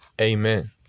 Amen